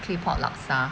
claypot laksa